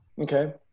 Okay